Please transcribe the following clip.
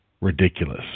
ridiculous